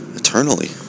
eternally